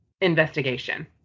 investigation